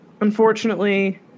Unfortunately